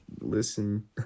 listen